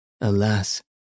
Alas